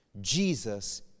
jesus